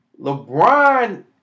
LeBron